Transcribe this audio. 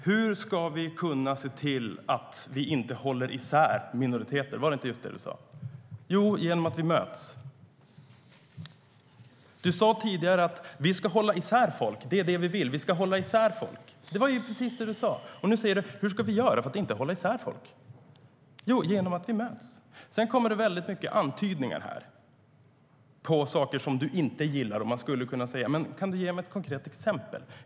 Fru talman! Hur ska vi kunna se till att vi inte håller isär minoriteter? Var det inte just det Aron Emilsson sa? Jo, genom att vi möts. Aron Emilsson sa tidigare att ni vill hålla isär folk. Det var precis vad du sa. Nu undrar du vad vi ska göra för att inte hålla isär folk. Jo, genom att vi möts. Det kommer många antydningar om saker Aron Emilsson inte gillar. Kan du ge mig ett konkret exempel?